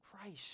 Christ